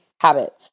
habit